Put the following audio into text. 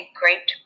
great